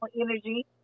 energy